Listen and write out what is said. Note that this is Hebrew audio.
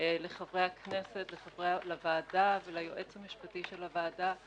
לחברי הכנסת, לוועדה וליועץ המשפטי של הוועדה.